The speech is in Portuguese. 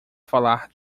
falar